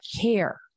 care